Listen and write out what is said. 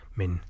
men